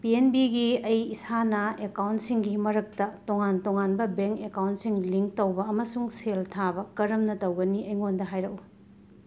ꯄꯤ N ꯕꯤꯒꯤ ꯑꯩ ꯏꯁꯥꯅ ꯑꯦꯀꯥꯎꯟꯁꯤꯡꯒꯤ ꯃꯔꯛꯇ ꯇꯣꯉꯥꯟ ꯇꯣꯉꯥꯟꯕ ꯕꯦꯡ ꯑꯦꯀꯥꯎꯟꯁꯤꯡ ꯂꯤꯡꯛ ꯇꯧꯕ ꯑꯃꯁꯨꯡ ꯁꯦꯜ ꯊꯥꯕ ꯀꯔꯝꯅ ꯇꯧꯒꯅꯤ ꯑꯩꯉꯣꯟꯗ ꯍꯥꯏꯔꯛꯎ